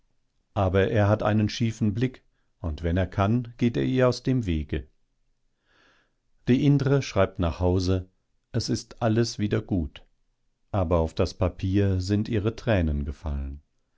aber er hat einen schiefen blick und wenn er kann geht er ihr aus dem wege die indre schreibt nach hause es ist alles wieder gut aber auf das papier sind ihre tränen gefallen